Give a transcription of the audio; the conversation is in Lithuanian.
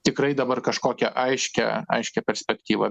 tikrai dabar kažkokią aiškią aiškią perspektyvą